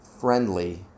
friendly